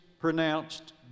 pronounced